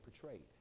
portrayed